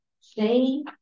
say